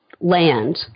land